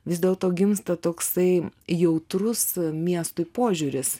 vis dėlto gimsta toksai jautrus miestui požiūris